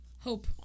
Hope